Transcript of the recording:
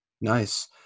Nice